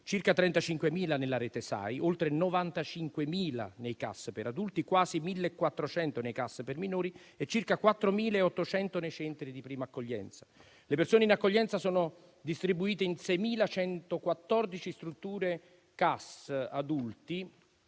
circa 35.000 nella rete SAI, oltre 95.000 nei CAS per adulti, quasi 1.400 nei CAS per minori e circa 4.800 nei centri di prima accoglienza. Le persone in accoglienza sono distribuite in 6.114 strutture CAS adulti